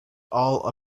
all